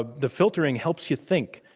ah the filtering helps you think.